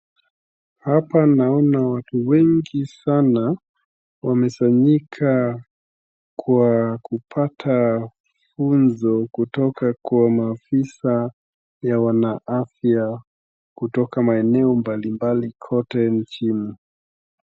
Hapa naona watu wengi sana wamesanyika kwa kupata funzo kutoka kwa maafisa ya wana afya kutoka maeneo mbalimbali kote nchini.